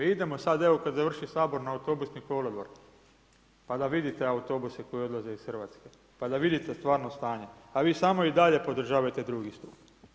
Idemo sad, evo kada završi Sabor na autobusni kolodvor pa da vidite autobuse koji odlaze iz Hrvatske pa da vidite stvarno stanje a vi samo i dalje podržavajte drugi stup.